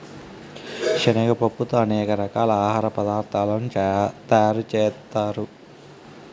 శనగ పప్పుతో అనేక రకాల ఆహార పదార్థాలను తయారు చేత్తారు